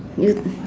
you